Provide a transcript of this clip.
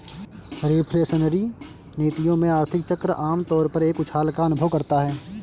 reflationary नीतियों में, आर्थिक चक्र आम तौर पर एक उछाल का अनुभव करता है